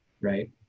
right